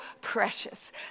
precious